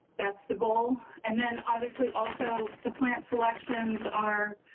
that's the goal. and then obviously also the plant selections are